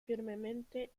firmemente